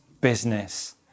business